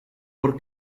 por